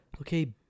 okay